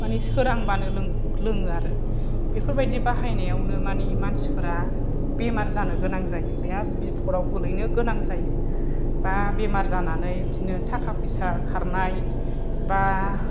मानि सोरांबानो लोङो आरो बेफोरबायदि बाहायनायावनो मानि मानसिफ्रा बेमार जानो गोनां जायो बेराद बिफथआव गोग्लैनो गोनां जायो बा बेमार जानानै बिदिनो थाखा फैसा खारनाय बा